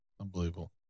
Unbelievable